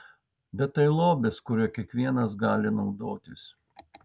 bet tai lobis kuriuo kiekvienas gali naudotis